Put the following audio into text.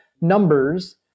numbers